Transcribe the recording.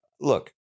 Look